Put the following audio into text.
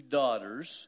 daughters